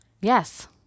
Yes